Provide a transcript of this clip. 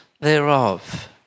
thereof